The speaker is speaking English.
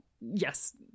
yes